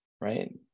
right